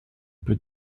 peut